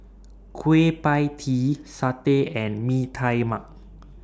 Kueh PIE Tee Satay and Mee Tai Mak